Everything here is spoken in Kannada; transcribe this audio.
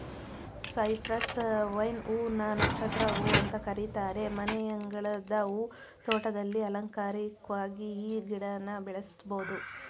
ಸೈಪ್ರಸ್ ವೈನ್ ಹೂ ನ ನಕ್ಷತ್ರ ಹೂ ಅಂತ ಕರೀತಾರೆ ಮನೆಯಂಗಳದ ಹೂ ತೋಟದಲ್ಲಿ ಅಲಂಕಾರಿಕ್ವಾಗಿ ಈ ಗಿಡನ ಬೆಳೆಸ್ಬೋದು